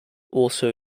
also